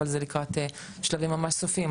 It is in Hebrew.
אבל זה לקראת שלבים ממש סופיים,